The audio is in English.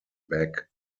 back